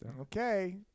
Okay